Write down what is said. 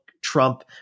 Trump